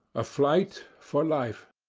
a flight for life.